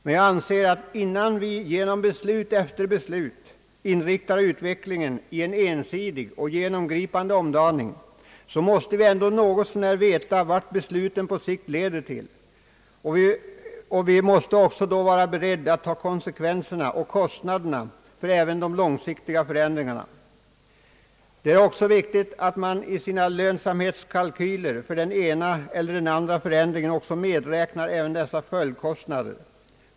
Men jag anser, att innan vi genom beslut inriktar utvecklingen i en ensidig och genomgripande omdaning, så måste vi ändå något så när veta vart besluten på sikt leder och då också vara beredda att ta konsekvenserna och kostnaderna för även de långsiktiga förändringarna. Det är också viktigt att man i sina lönsamhetskalkyler för den ena eller andra förändringen också medräknar dessa följdkostnader.